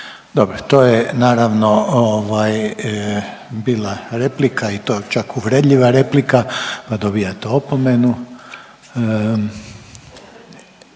Dobro. To je naravno ovaj, bila replika i to čak uvredljiva replika pa dobijate opomenu.